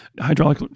hydraulic